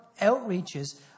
outreaches